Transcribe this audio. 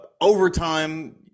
Overtime –